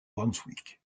brunswick